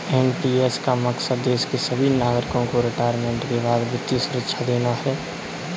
NPS का मकसद देश के सभी नागरिकों को रिटायरमेंट के बाद वित्तीय सुरक्षा देना है